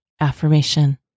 AFFIRMATION